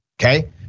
Okay